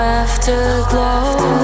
afterglow